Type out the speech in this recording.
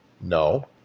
no